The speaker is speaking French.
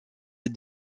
est